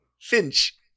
Finch